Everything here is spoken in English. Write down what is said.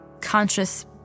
conscious